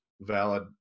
valid